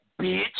bitch